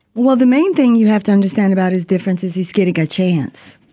well, the main thing you have to understand about his differences, he's getting a chance,